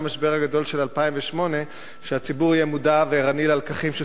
המשבר הגדול של 2008 שהציבור יהיה מודע וערני ללקחים של